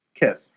Kiss